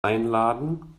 einladen